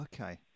okay